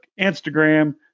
Instagram